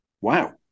wow